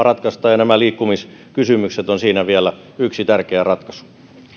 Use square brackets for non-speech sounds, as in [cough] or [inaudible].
[unintelligible] ratkaistaan ja nämä liikkumiskysymykset ovat siinä vielä yksi tärkeä ratkaisu